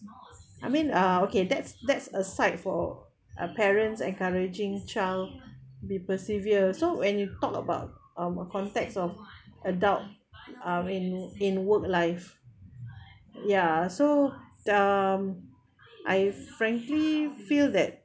I mean uh okay that's that's a side for uh parents encouraging child be persevere so when you talk about um a contacts of adult I mean in work life ya so um I frankly feel that